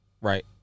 Right